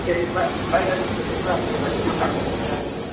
ꯑꯦ ꯑꯦ ꯚꯥꯏ ꯚꯥꯏ ꯉꯁꯤꯁꯨ ꯑꯗꯨꯝ ꯂꯥꯛꯀꯦꯗ ꯉꯁꯤꯁꯨ ꯀꯥꯡ ꯇꯧꯅꯤ ꯍꯥꯏꯕꯅꯤ